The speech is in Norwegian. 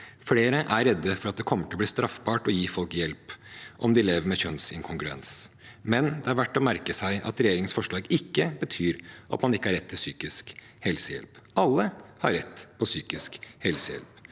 Flere er redde for at det kommer til å bli straffbart å gi hjelp til folk som lever med kjønnsinkongruens. Det er verdt å merke seg at regjeringens forslag ikke betyr at man ikke har rett på psykisk helsehjelp. Alle har rett på psykisk helsehjelp.